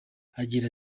agira